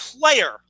player